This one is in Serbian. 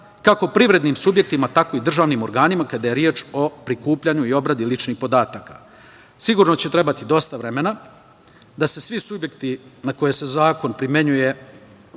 kako privrednim subjektima, tako i državnim organima kada je reč o prikupljanju i obradi ličnih podataka. Sigurno će trebati dosta vremena da se svi subjekti na koje se zakon primenjuje